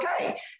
okay